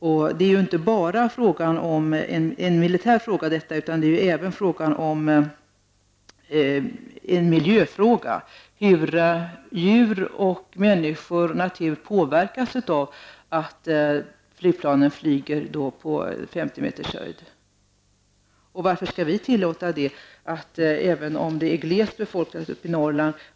Detta är ju inte bara en militär fråga utan även en miljöfråga. Hur påverkas djur, människor och natur av att flygplanen flyger på 50 meters höjd? Varför skall vi tillåta det även om det är glest befolkat uppe i Norrland?